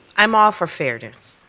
i'm all for fairness.